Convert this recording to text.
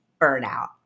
burnout